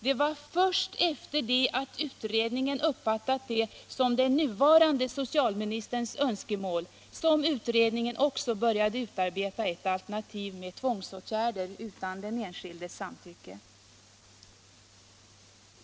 Det var först sedan utredningen uppfattat detta som den nuvarande socialministerns önskemål som utredningen också började utarbeta ett alternativ med tvångsåtgärder utan den enskildes samtycke.